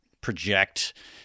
project